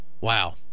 Wow